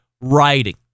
writing